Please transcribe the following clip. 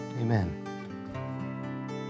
Amen